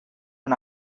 and